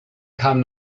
kamen